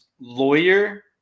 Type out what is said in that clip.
lawyer